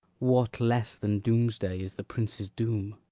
what less than doomsday is the prince's doom?